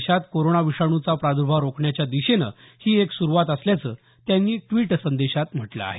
देशात कोरोना विषाणूचा प्रादुर्भाव रोखण्याच्या दिशेनं ही एक सुरुवात असल्याचं त्यांनी द्विट संदेशात म्हटलं आहे